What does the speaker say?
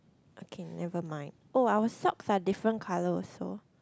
okay never mind oh our socks are different colour also